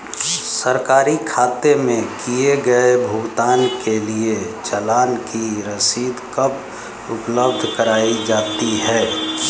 सरकारी खाते में किए गए भुगतान के लिए चालान की रसीद कब उपलब्ध कराईं जाती हैं?